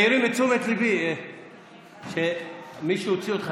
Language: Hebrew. מעירים את תשומת ליבי שמי שהוציא אותך,